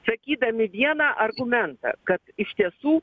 sakydami vieną argumentą kad iš tiesų